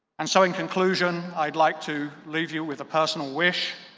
and so in conclusion, i'd like to leave you with a personal wish.